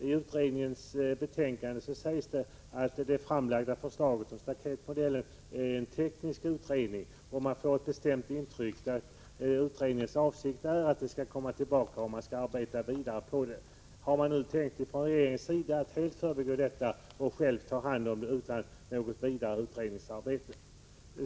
I utredningens betänkande sägs det att det framlagda förslaget om staketmodellen är en teknisk utredning. Man får ett bestämt intryck av att utredningens avsikt är att förslaget skall komma tillbaka och att man skall arbeta vidare på det. Har man nu från regeringens sida tänkt att helt förbigå detta och själv ta hand om det utan något vidare utredningsarbete?